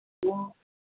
ਕਿਉਂ